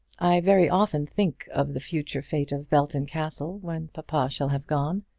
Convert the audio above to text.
i very often think of the future fate of belton castle when papa shall have gone.